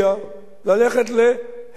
ללכת להסדר.